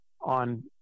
on